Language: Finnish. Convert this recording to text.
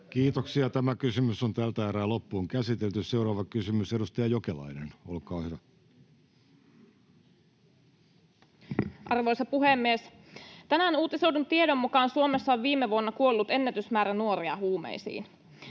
myös, ja tähänkin liittyen on työ käynnissä. Seuraava kysymys, edustaja Jokelainen, olkaa hyvä. Arvoisa puhemies! Tänään uutisoidun tiedon mukaan Suomessa on viime vuonna kuollut ennätysmäärä nuoria huumeisiin.